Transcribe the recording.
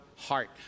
Heart